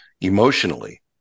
emotionally